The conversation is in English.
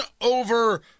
over